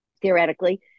Theoretically